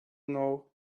know